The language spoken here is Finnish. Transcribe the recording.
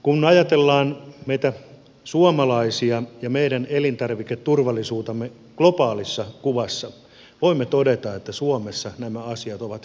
kun me ajattelemme meitä suomalaisia ja meidän elintarviketurvallisuuttamme globaalissa kuvassa voimme todeta että suomessa nämä asiat ovat hyvällä tolalla